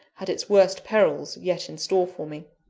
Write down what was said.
had its worst perils yet in store for me.